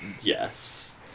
Yes